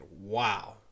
wow